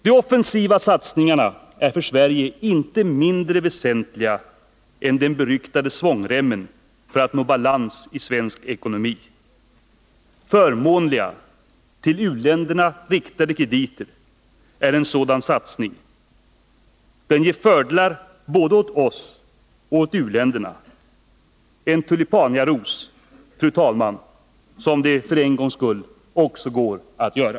De offensiva satsningarna är för Sverige inte mindre väsentliga än den beryktade svångremmen för att nå balans i svensk ekonomi. Förmånliga, till u-länderna riktade krediter är en sådan satsning. Den ger fördelar både åt oss och åt u-länderna. En tulipanaros, fru talman, som det för en gångs skull också går att göra.